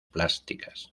plásticas